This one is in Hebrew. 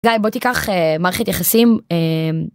גיא, בוא תיקח מערכת יחסים...